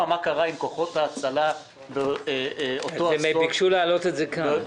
מה קרה עם כוחות ההצלה באותו אסון -- ביקשו מקודם להעלות את זה כאן.